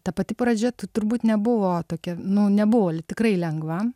ta pati pradžia tu turbūt nebuvo tokia nu nebuvo tikrai lengva